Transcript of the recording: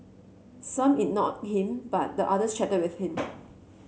some ignored him but the others chatted with him